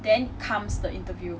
then comes the interview